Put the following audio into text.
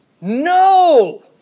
No